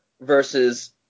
versus